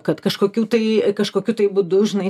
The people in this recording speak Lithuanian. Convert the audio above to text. kad kažkokių tai kažkokių būdu žinai